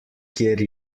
kjer